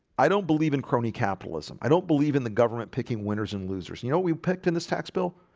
i don't believe in crony capitalism. i don't believe in the government picking winners and losers you know we picked in this tax bill.